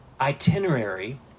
itinerary